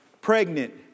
pregnant